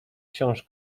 książ